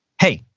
hey,